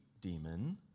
demon